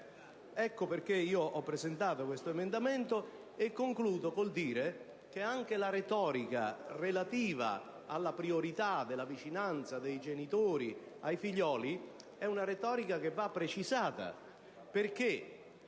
Ecco perché ho presentato questo emendamento. Concludo con il dire che anche la retorica relativa alla priorità della vicinanza dei genitori ai figlioli va precisata.